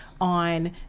on